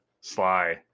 sly